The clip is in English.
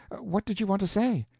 what did you want to say?